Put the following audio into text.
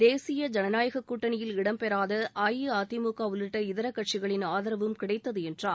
தேசிய ஜனநாயக கூட்டணியில் இடம்பெறாத அஇஅதிமுக உள்ளிட்ட இதர கட்சிகளின் ஆதரவும் கிடைத்தது என்றார்